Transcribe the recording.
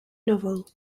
novel